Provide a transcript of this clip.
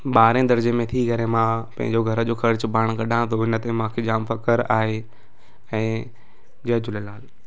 ॿारहें दर्जे में थी करे मां पंहिंजो घर जो ख़र्चु पाणि कढा थो न त मांखे जाम फ़ख़्रु आहे ऐं जय झूलेलाल